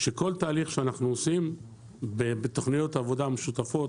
כל תהליך שאנחנו עושים בתוכניות העבודה המשותפות,